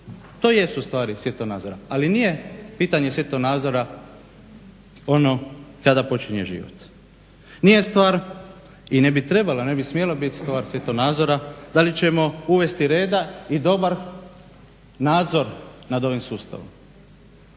To jesu stvari svjetonazora, ali nije pitanje svjetonazora ono kada počinje život. Nije stvar i ne bi trebala, ne bi smjela biti stvar svjetonazora da li ćemo uvesti reda i dobar nadzor nad ovim sustavom.